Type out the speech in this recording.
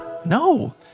No